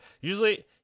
Usually